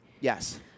yes